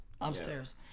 upstairs